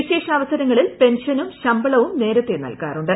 വിശേഷാവസരങ്ങളിൽ പെൻഷനും ശമ്പളവും നേരത്തെ നൽകാറുണ്ട്